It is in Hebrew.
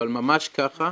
אבל ממש ככה,